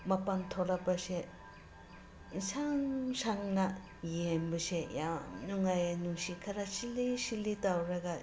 ꯃꯄꯥꯟ ꯊꯣꯛꯂꯛꯄꯁꯦ ꯏꯁꯪ ꯁꯪꯅ ꯌꯦꯡꯕꯁꯦ ꯌꯥꯝ ꯅꯨꯡꯉꯥꯏꯌꯦ ꯅꯨꯡꯁꯤꯠ ꯈꯔ ꯁꯤꯠꯂꯤ ꯁꯤꯠꯂꯤ ꯇꯧꯔꯒ